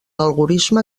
algorisme